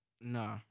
No